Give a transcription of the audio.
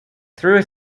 through